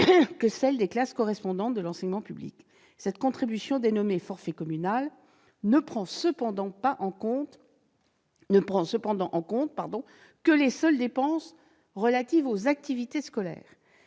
que celles des classes correspondantes de l'enseignement public. Cette contribution, dénommée « forfait communal », ne prend cependant en compte que les seules dépenses relatives aux activités scolaires.